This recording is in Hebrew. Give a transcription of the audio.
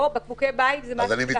השאלה היא גם